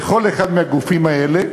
בכל אחד מהגופים האלה,